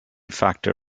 factor